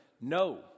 no